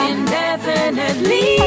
Indefinitely